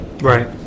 Right